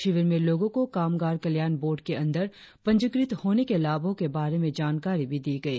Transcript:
शिविर में लोगों को कामगार कल्याण बोर्ड के अंदर पंजीकृत होने के लाभों के बारे में जानकारी भी दी गई